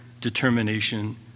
determination